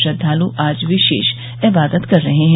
श्रद्वालु आज विशेष इबादत कर रहे हैं